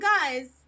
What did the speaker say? guys